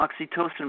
oxytocin